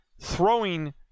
throwing